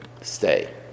Stay